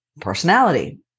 personality